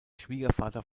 schwiegervater